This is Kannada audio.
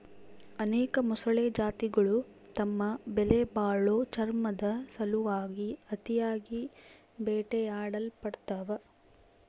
ಅನೇಕ ಮೊಸಳೆ ಜಾತಿಗುಳು ತಮ್ಮ ಬೆಲೆಬಾಳೋ ಚರ್ಮುದ್ ಸಲುವಾಗಿ ಅತಿಯಾಗಿ ಬೇಟೆಯಾಡಲ್ಪಡ್ತವ